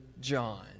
John